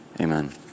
amen